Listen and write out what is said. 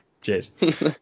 Cheers